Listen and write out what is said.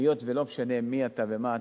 היות שלא משנה מי אתה ומה אתה,